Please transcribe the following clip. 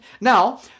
Now